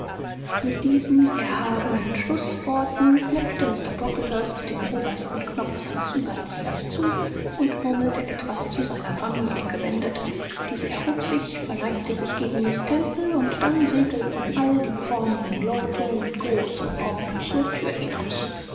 mit diesen erhabenen schlußworten knöpfte mr brocklehurst den obersten knopf seines überziehers zu und murmelte etwas zu seiner familie gewendet diese erhob sich verneigte sich gegen miß temple und dann segelten all die vornehmen leute mit großem pomp zur thür hinaus